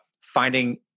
finding